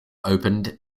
opened